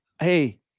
hey